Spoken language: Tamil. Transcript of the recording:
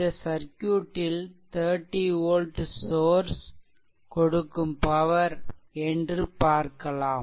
இந்த சர்க்யூட்டில் 30 வோல்ட் சோர்ஸ் கொடுக்கும் பவர் என்று பார்க்கலாம்